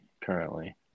currently